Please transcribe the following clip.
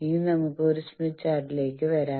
ഇനി നമുക്ക് ഒരു സ്മിത്ത് ചാർട്ടിലേക്ക് വരാം